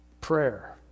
Prayer